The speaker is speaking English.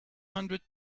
hundred